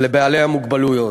ולבעלי המוגבלויות.